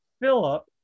Philip